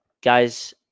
guys